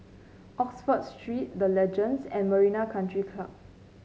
Oxford Street The Legends and Marina Country Club